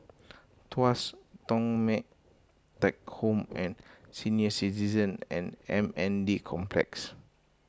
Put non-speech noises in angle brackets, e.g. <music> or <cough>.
Tuas Thong <unintelligible> Teck Home at Senior Citizens and M N D Complex